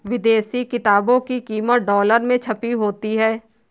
विदेशी किताबों की कीमत डॉलर में छपी होती है